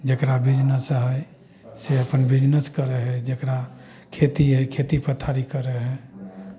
जकरा बिजनेस हइ से अपन बिजनेस करै हइ जकरा खेती हइ खेती पथारी करै हइ